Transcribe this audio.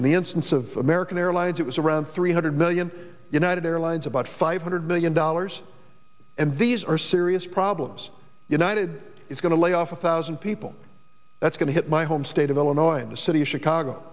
in the instance of american airlines it was around three hundred million united airlines about five hundred million dollars and these are serious problems united is going to lay off a thousand people that's going to hit my home state of illinois in the city of chicago